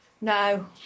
No